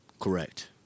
Correct